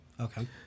Okay